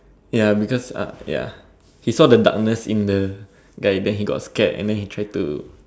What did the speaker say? ya because uh ya he saw the darkness in the guy then he got scared and then he tried to